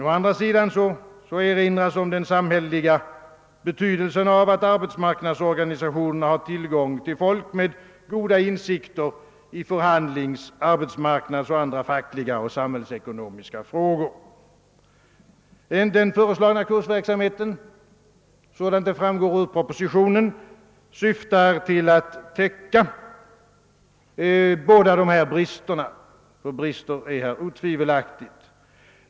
Å andra sidan erinras om den samhälleliga betydelsen av att arbetsmarknadsorganisationerna har tillgång till personer med goda insikter i förhandlingsoch arbetsmarknadsfrågor samt andra fackliga och samhällsekonomiska frågor. Den föreslagna kursverksamheten sådan den framgår av propositionen syftar till att täcka båda dessa brister, ty brister är det otvivelaktigt.